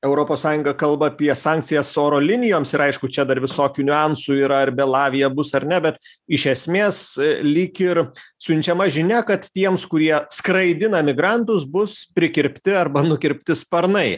europos sąjunga kalba apie sankcijas oro linijoms ir aišku čia dar visokių niuansų yra ar belavija bus ar ne bet iš esmės lyg ir siunčiama žinia kad tiems kurie skraidina migrantus bus prikirpti arba nukirpti sparnai